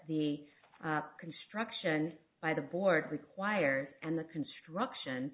the construction by the board requires and the construction